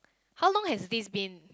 how long has this been